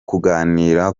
kuganira